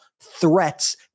threats